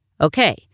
Okay